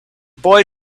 boy